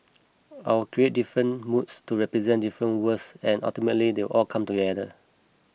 I'll create different moods to represent different worlds and ultimately they will all come together